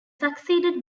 succeeded